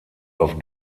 auf